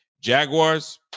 Jaguars